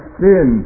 sin